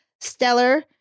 stellar